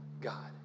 God